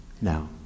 Now